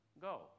go